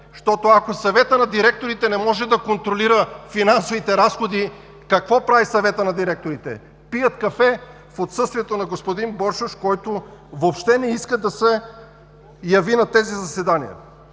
защото, ако Съветът на директорите не може да контролира финансовите разходи, какво прави Съветът на директорите?! Пият кафе в отсъствието на господин Боршош, който въобще не иска да се яви на тези заседания?!